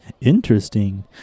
Interesting